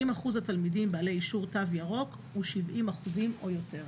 אם אחוז התלמידים בעלי אישור "תו ירוק" הוא 70% או יותר."